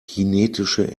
kinetische